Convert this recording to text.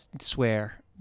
swear